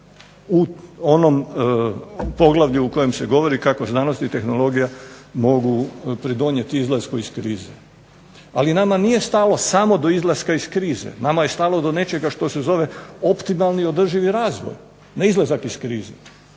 u onom poglavlju u kojem se govori kako znanost i tehnologija mogu pridonijet izlasku iz krize. Ali nama nije stalo samo do izlaska iz krize, nama je stalo do nečega što se zove optimalni održivi razvoj, ne izlazak iz krize.